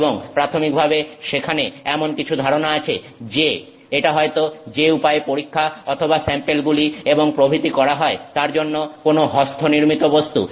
এবং প্রাথমিকভাবে সেখানে এমন কিছু ধারনা আছে যে এটা হয়ত যে উপায়ে পরীক্ষা অথবা স্যাম্পেলগুলি এবং প্রভৃতি করা হয় তার জন্য কোন হস্তনির্মিত বস্তু